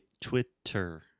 twitter